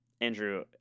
Andrew